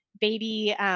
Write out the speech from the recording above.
baby